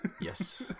Yes